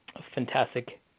Fantastic